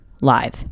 live